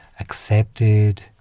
accepted